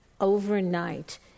overnight